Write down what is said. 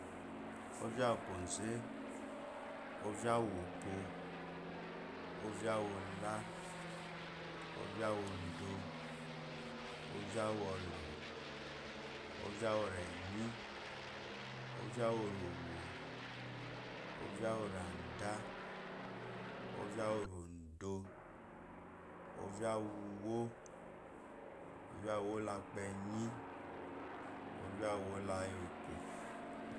Ová úwú kwó ze ová úwú opó ová úwú ozá ová uwú odó ová uwú ló ova uwu ərenyí oló ová úwú əva nyí ová uwú orowo ová oradan ová uwu ovodo ová uwú uwó ová uwú la eze ová uwu úwó la epó.